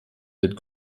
wird